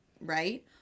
right